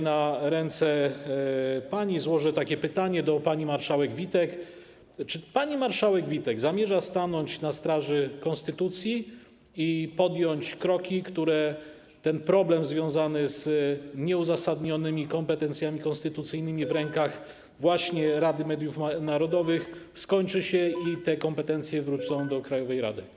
Na ręce pani złożę takie pytanie do pani marszałek Witek: Czy pani marszałek Witek zamierza stanąć na straży konstytucji i podjąć kroki, które ten problem związany z nieuzasadnionymi kompetencjami konstytucyjnymi w rękach właśnie Rady Mediów Narodowych skończą, i te kompetencje wrócą do krajowej rady?